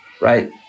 right